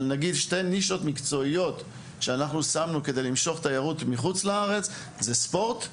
שתי הנישות המקצועיות ששמנו כדי למשוך תיירות מחוץ לארץ הן ספורט,